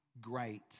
great